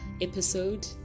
episode